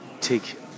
take